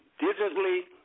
digitally